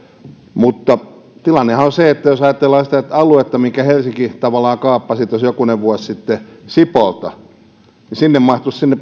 mutta tilannehan on se että jos ajatellaan sitä aluetta minkä helsinki tavallaan kaappasi tuossa jokunen vuosi sitten sipoolta niin sinne mahtuisi